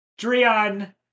Dreon